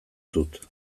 dut